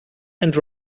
and